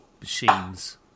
machines